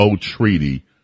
treaty